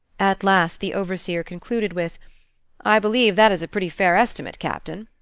at last the overseer concluded with i believe that is a pretty fair estimate, captain.